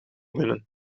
binnen